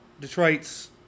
Detroit's